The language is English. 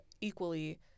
equally